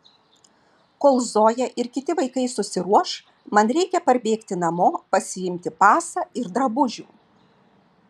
kol zoja ir kiti vaikai susiruoš man reikia parbėgti namo pasiimti pasą ir drabužių